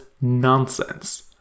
nonsense